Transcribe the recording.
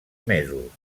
mesos